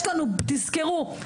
תזכרו,